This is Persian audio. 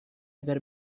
اگر